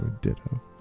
Ditto